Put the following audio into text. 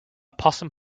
possum